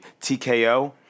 TKO